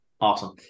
Awesome